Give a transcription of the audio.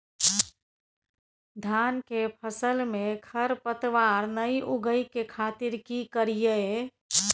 धान के फसल में खरपतवार नय उगय के खातिर की करियै?